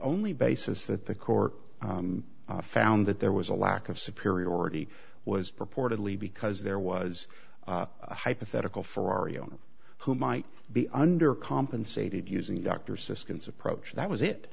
only basis that the court found that there was a lack of superiority was purportedly because there was a hypothetical ferrario who might be under compensated using dr siskins approach that was it